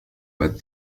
but